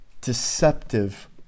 deceptive